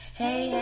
hey